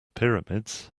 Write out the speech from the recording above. pyramids